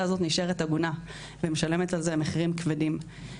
הזאת נשארת עגונה ומשלמת על זה מחירים כבדים.